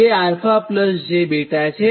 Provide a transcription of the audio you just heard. જે 𝛼jβ છે